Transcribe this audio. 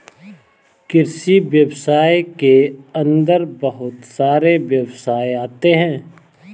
कृषि व्यवसाय के अंदर बहुत सारे व्यवसाय आते है